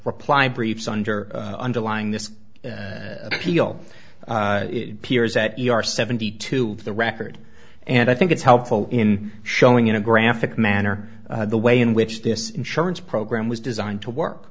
reply briefs under underlying this appeal piers that you are seventy two the record and i think it's helpful in showing in a graphic manner the way in which this insurance program was designed to work